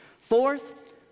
Fourth